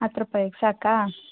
ಹತ್ತು ರೂಪಾಯಿಗೆ ಸಾಕಾ